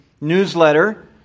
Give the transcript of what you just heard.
newsletter